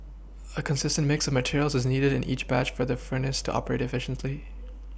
a consistent mix of materials is needed in each batch for the furnace to operate efficiently